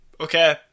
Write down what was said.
okay